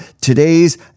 today's